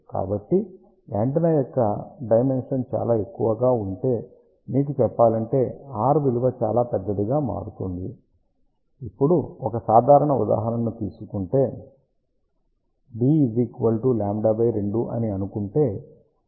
కాబట్టి యాంటెన్నా యొక్క డైమెన్షన్ చాలా ఎక్కువగా ఉంటే మీకు చెప్పాలంటే r విలువ చాలా పెద్దదిగా మారుతుంది ఇప్పుడు ఒక సాధారణ ఉదాహరణ ను తీసుకుంటే d λ 2 అని అనుకుంటే అప్పుడు దీని విలువ ఎంత